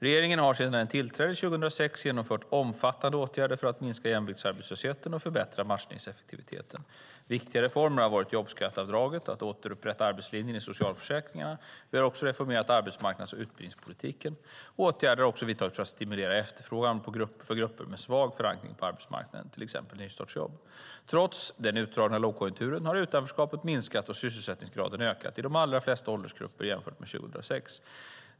Regeringen har sedan den tillträdde 2006 genomfört omfattande åtgärder för att minska jämviktsarbetslösheten och förbättra matchningseffektiviteten. Viktiga reformer har varit jobbskatteavdraget och att återupprätta arbetslinjen i socialförsäkringssystemen. Vi har också reformerat arbetsmarknads och utbildningspolitiken. Åtgärder har också vidtagits för att stimulera efterfrågan för grupper med svag förankring på arbetsmarknaden, till exempel nystartsjobb. Trots den utdragna lågkonjunkturen har utanförskapet minskat och sysselsättningsgraden ökat i de allra flesta åldersgrupper jämfört med 2006.